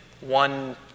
One